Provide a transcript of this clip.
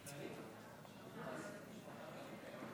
שלוש דקות לרשותך.